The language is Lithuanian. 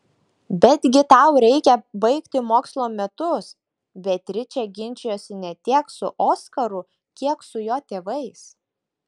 betgi tau reikia baigti mokslo metus beatričė ginčijosi ne tiek su oskaru kiek su jo tėvais